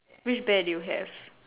which bear do you have